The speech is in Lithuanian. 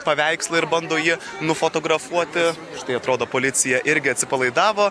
paveikslą ir bando jį nufotografuoti tai atrodo policija irgi atsipalaidavo